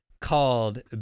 called